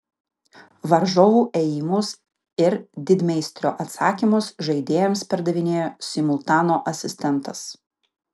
varžovų ėjimus ir didmeistrio atsakymus žaidėjams perdavinėjo simultano asistentas